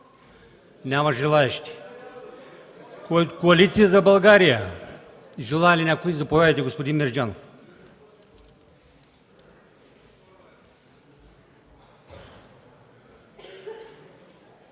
Няма желаещи. Коалиция за България – желае ли някой? Заповядайте, господин Мерджанов.